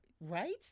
right